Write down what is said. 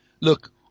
look